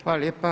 Hvala lijepa.